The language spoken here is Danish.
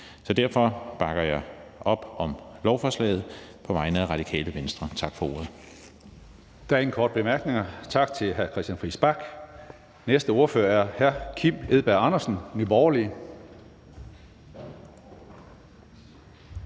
Derfor bakker jeg op om lovforslaget på vegne af Radikale Venstre. Tak for ordet.